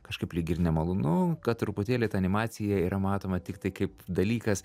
kažkaip lyg ir nemalonu kad truputėlį ta animacija yra matoma tiktai kaip dalykas